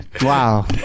Wow